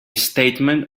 statement